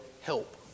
help